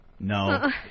No